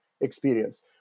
experience